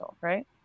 right